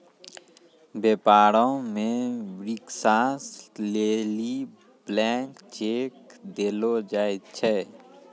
व्यापारो मे विश्वास लेली ब्लैंक चेक देलो जाय छै